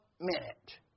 Minute